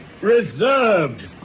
Reserved